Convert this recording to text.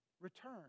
return